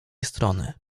strony